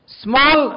small